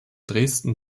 dresden